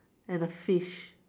and a fish